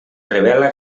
revela